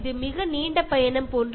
ഇതൊരു നീണ്ട യാത്രയായിരുന്നു